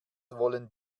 wollen